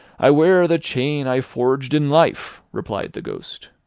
i wear the chain i forged in life, replied the ghost.